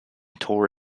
tour